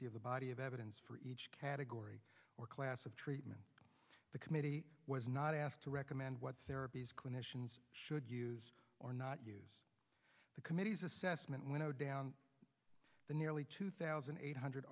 y of the body of evidence for each category or class of treatment the committee was not asked to recommend what therapies clinicians should use or not use the committee's assessment went down the nearly two thousand eight hundred